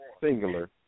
singular